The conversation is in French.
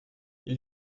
ils